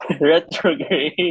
Retrograde